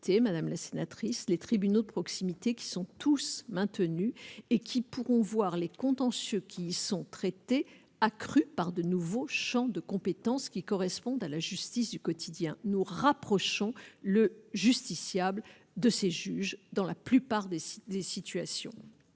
madame la sénatrice les tribunaux proximité qui sont tous maintenus et qui pourront voir les contentieux qui sont traités accrue par de nouveaux champs de compétence qui correspondent à la justice du quotidien nous rapprochons le justiciable de ces juges dans la plupart des sites.